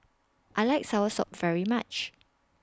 I like Soursop very much